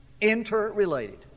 interrelated